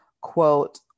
quote